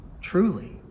truly